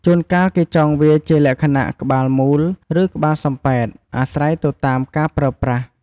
ជួនកាលគេចងវាជាលក្ខណៈ ក្បាលមូល ឬ ក្បាលសំប៉ែត អាស្រ័យទៅតាមការប្រើប្រាស់។